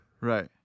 Right